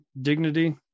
dignity